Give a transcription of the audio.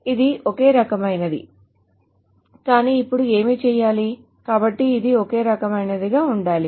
ఇది ఒకే రకమైనది కానీ ఇప్పుడు ఏమి చేయాలి కాబట్టి ఇది ఒకే రకమైనదిగా ఉండాలి